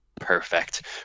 perfect